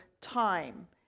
time